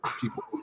people